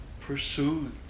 pursued